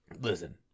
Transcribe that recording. listen